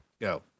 Go